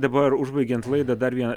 dabar užbaigiant laidą dar vieną